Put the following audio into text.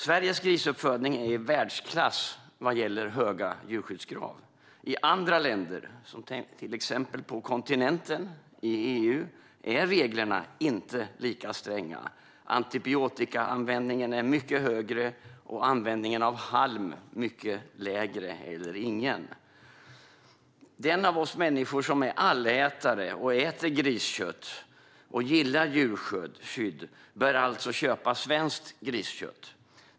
Sveriges grisuppfödning är i världsklass vad gäller höga djurskyddskrav. I andra länder, till exempel på kontinenten i EU, är reglerna inte lika stränga. Antibiotikaanvändningen är mycket högre, och användningen av halm mycket lägre eller ingen. De av oss människor som är allätare och äter griskött samt gillar djurskydd bör alltså köpa svenskt griskött.